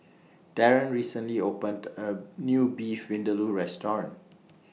Darren recently opened A New Beef Vindaloo Restaurant